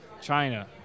china